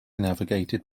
navigated